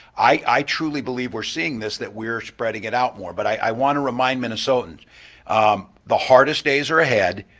i truly believe we're seeing this that we're spreading it out more. but i want to remind minnesotans the hardest days are ahead,